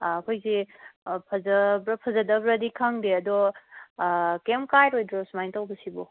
ꯑꯩꯈꯣꯏꯁꯦ ꯐꯖꯕ꯭ꯔ ꯐꯖꯗꯕ꯭ꯔꯗꯤ ꯈꯪꯗꯦ ꯑꯗꯣ ꯀꯔꯤꯝ ꯀꯥꯏꯔꯣꯏꯗ꯭ꯔꯣ ꯁꯨꯃꯥꯏꯅ ꯇꯧꯕꯁꯤꯕꯣ